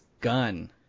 Gun